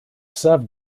served